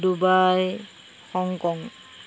Dubai Hong Kong